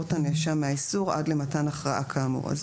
את הנאשם מהאיסור עד למתן הכרעה כאמור.